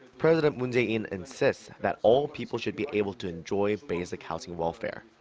president moon jae-in insists that all people should be able to enjoy basic housing welfare.